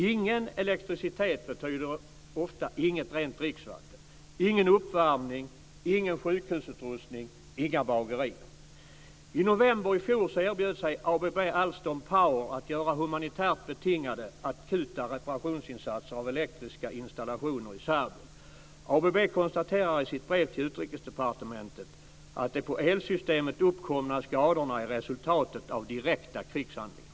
Ingen elektricitet betyder ofta inget rent dricksvatten, ingen uppvärmning, ingen sjukhusutrustning, inga bagerier. I november i fjol erbjöd sig ABB Alstom Power att göra humanitärt betingade akuta reparationer av elektriska installationer i Serbien. Företaget konstaterade i sitt brev till Utrikesdepartementet att de på elsystemet uppkomna skadorna är resultatet av direkta krigshandlingar.